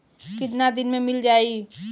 कितना दिन में मील जाई?